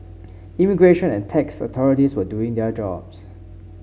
immigration and tax authorities were doing their jobs